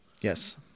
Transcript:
Yes